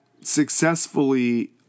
successfully